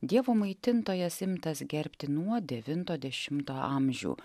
dievo maitintojas imtas gerbti nuo devinto dešimto amžių